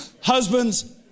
Husbands